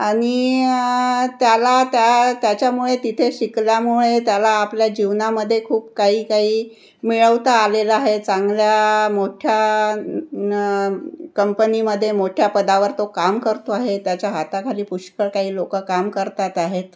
आणि त्याला त्या त्याच्यामुळे तिथे शिकल्यामुळे त्याला आपल्या जीवनामध्ये खूप काही काही मिळवता आलेलं आहे चांगल्या मोठ्या न कंपनीमध्ये मोठ्या पदावर तो काम करतो आहे त्याच्या हाताखाली पुष्कळ काही लोक काम करतात आहेत